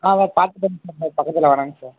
ஆ வ பார்த்துட்டேங்க சார் பக்கத்தில் வரேங்க சார்